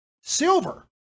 Silver